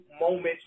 moments